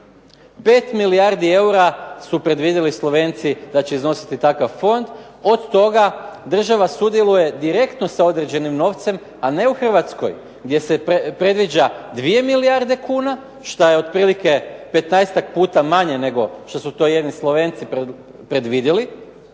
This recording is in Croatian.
5 milijardi eura su predvidjeli Slovenci da će iznositi takav fond, od toga država sudjeluje direktno sa određenim novcem, a ne u Hrvatskoj gdje se predviđa 2 milijarde kuna, što je otprilike 15-ak puta manje nego što su to jedni Slovenci predvidjeli,